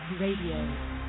Radio